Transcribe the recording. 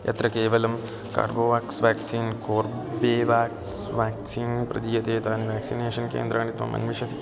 यत्र केवलं Corbevax vaccine Corbevax vaccine प्रदीयते तानि व्याक्सिनेषन् केन्द्राणि त्वम् अन्विषसि